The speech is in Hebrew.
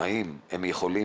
האם הם יכולים,